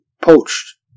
poached